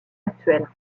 actuelle